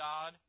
God